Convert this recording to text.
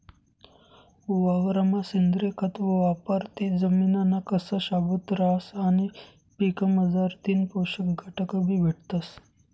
वावरमा सेंद्रिय खत वापरं ते जमिनना कस शाबूत रहास आणि पीकमझारथीन पोषक घटकबी भेटतस